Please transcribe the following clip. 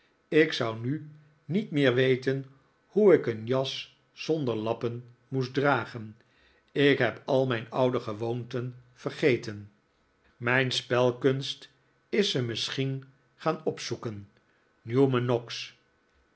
ik zou nu niet meer weten hoe ik een jas zonder lappen moest dragen ik heb al mijn oude gewoonten vergeten nikolaas nickleby mijn spelkunst is ze misschien gaan opzoeken newman noggs